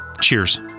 Cheers